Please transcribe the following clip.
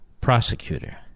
prosecutor